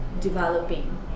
developing